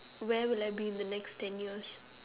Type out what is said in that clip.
where will I be in the next ten years